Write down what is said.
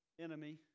enemy